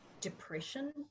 depression